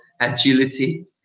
agility